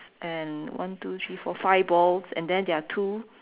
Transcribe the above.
and one two three four five balls and then there are two